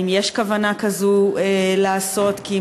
האם יש כוונה לעשות בדיקה כזו?